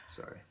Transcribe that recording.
sorry